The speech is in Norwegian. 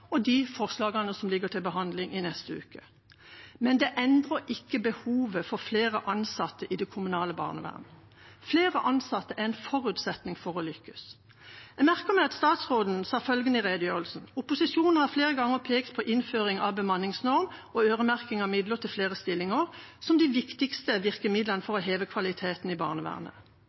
og de forslag som ligger til behandling i neste uke. Men det endrer ikke behovet for flere ansatte i det kommunale barnevernet. Flere ansatte er en forutsetning for å lykkes. Jeg merket meg at statsråden sa følgende i redegjørelsen: «Opposisjonen har flere ganger pekt på innføring av bemanningsnorm og øremerking av midler til flere stillinger som de viktigste virkemidlene for å heve kvaliteten i barnevernet.»